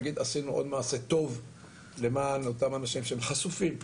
נגיד עשינו עוד מעשה טוב למען אותם אנשים שהם חשופים,